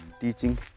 teaching